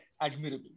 admirable